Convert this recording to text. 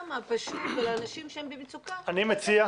הפשוט ולאנשים שהם במצוקה --- אני מציע,